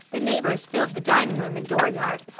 the neighbours filled the dining room and dooryard.